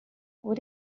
what